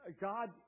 God